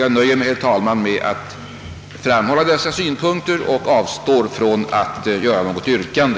Jag nöjer mig med att framföra dessa synpunkter och avstår från att ställa något yrkande.